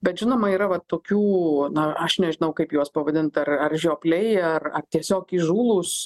bet žinoma yra va tokių na aš nežinau kaip juos pavadint ar ar žiopliai ar ar tiesiog įžūlūs